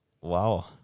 Wow